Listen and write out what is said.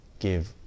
give